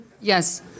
Yes